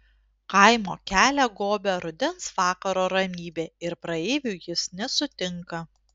kaimo kelią gobia rudens vakaro ramybė ir praeivių jis nesutinka